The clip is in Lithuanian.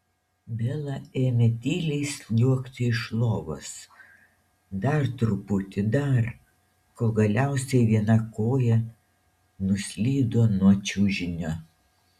bela ėmė tyliai sliuogti iš lovos dar truputį dar kol galiausiai viena koja nuslydo nuo čiužinio